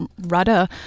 rudder